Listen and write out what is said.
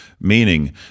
meaning